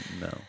No